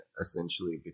essentially